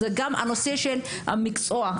גם הנושא של המקצוע.